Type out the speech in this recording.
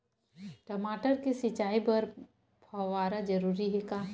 टमाटर के सिंचाई बर फव्वारा जरूरी हे का?